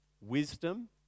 wisdom